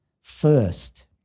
first